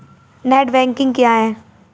Net banking क्या है?